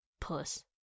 puss